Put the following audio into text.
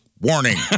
warning